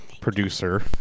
producer